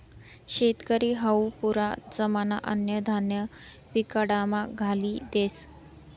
शेतकरी हावू पुरा जमाना अन्नधान्य पिकाडामा घाली देस